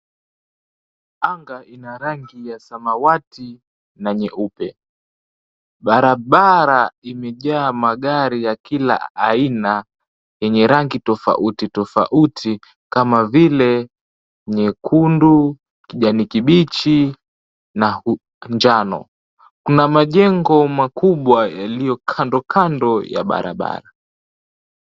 Anga ina rangi ya samawati na nyeupe. Barabara imejaa magari ya kila aina yenye rangi tofauti tofauti kama vile nyekundu, kijani kibichi na njano. Kuna majengo makubwa yaliyo kandokando ya barabara.